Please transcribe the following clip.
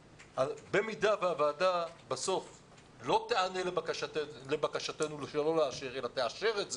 במידה והוועדה לא תיענה לבקשתנו לא לאשר אלא תאשר את המתווה,